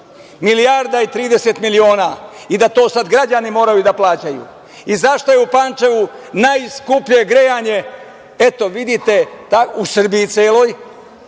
milijarda i 30 miliona, i da to sada građani moraju da plaćaju.Zašto je u Pančevu najskuplje grejanje? Eto, vidite, Srbiji celoj